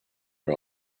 are